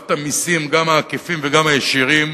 במערכת המסים, גם העקיפים וגם הישירים,